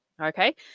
okay